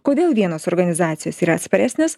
kodėl vienos organizacijos yra atsparesnės